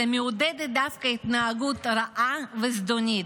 אלא מעודדת דווקא התנהגות רעה וזדונית.